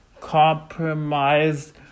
compromise